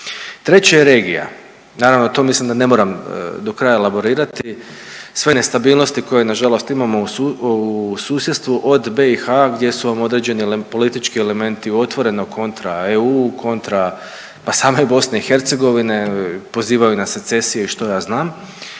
Treće je regija, naravno to mislim da ne moram do kraja elaborirati, sve nestabilnosti koje nažalost imamo u susjedstvu od BiH gdje su vam određeni politički elementi otvoreno kontra EU, kontra pa same BiH, pozivaju na secesije i što ja znam,